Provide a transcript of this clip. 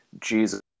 Jesus